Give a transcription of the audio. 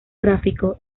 gráfico